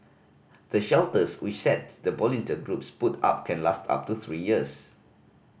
the shelters which the sets of volunteer groups put up can last up to three years